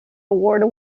award